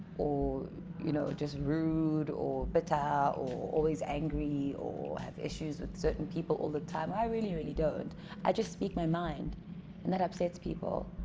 oh you know just rude or better but or always angry or have issues with certain people all the time i really really don't i just speak my mind and that upsets people